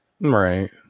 Right